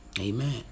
Amen